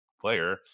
player